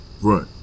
right